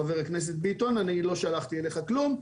חבר הכנסת ביטון אני לא שלחתי אליך כלום,